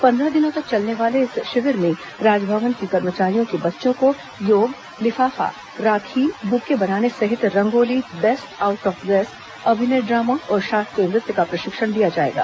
पन्द्रह दिनों तक चलने वाले इस शिविर में राजभवन के कर्मचारियों के बच्चों को योग लिफाफा राखी बुके बनाने सहित rangoli best out of waste अभिनय ड्रामा और शास्त्रीय नृत्य का प्रशिक्षण दिया जाएगा